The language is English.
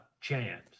chance